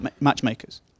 matchmakers